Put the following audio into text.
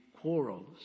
quarrels